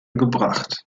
gebracht